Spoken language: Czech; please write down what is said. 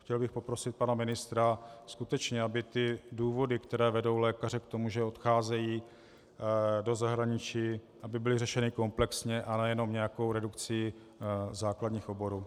Chtěl bych poprosit pana ministra, aby důvody, které vedou lékaře k tomu, že odcházejí do zahraničí, byly řešeny komplexně, ne jen nějakou redukcí základních oborů.